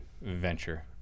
venture